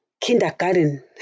kindergarten